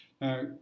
Now